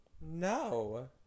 No